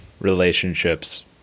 relationships